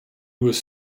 was